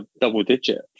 double-digit